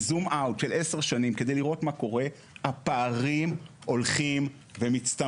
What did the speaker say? בזום-אאוט של 10 שנים כדי לראות מה קורה הפערים הולכים ומצטמצמים.